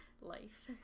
Life